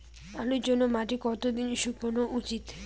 আলুর জন্যে মাটি কতো দিন শুকনো উচিৎ?